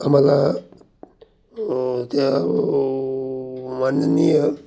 आम्हाला त्या माननीय